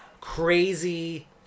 crazy